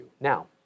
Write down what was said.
Now